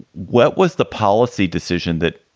what was the policy decision that.